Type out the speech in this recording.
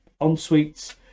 en-suites